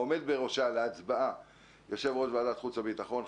העומד בראשה להצבעה יושב-ראש ועדת חוץ וביטחון,